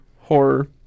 horror